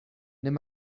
nimm